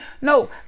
No